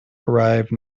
arrive